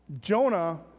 Jonah